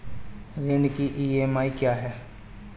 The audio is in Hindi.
ऋण की ई.एम.आई क्या है?